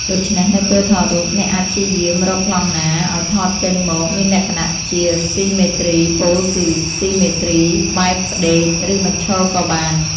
ដូច្នេះនៅពេលថតរូប អ្នកអាចព្យាយាមរកប្លង់ណា ឱ្យថតចេញមកមានលក្ខណៈជាស៊ីមេទ្រី ពោលគឺ ស៊ីមេទ្រីបែបផ្តេក ឬបញ្ឈរក៏បាន។